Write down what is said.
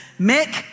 Mick